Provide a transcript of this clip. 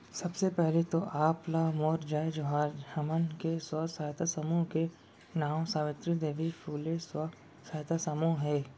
सबले पहिली तो आप ला मोर जय जोहार, हमन के स्व सहायता समूह के नांव सावित्री देवी फूले स्व सहायता समूह हे